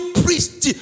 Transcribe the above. priest